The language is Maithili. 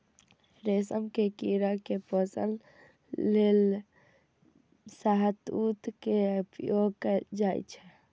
रेशम के कीड़ा के पोषण लेल शहतूत के उपयोग कैल जाइ छै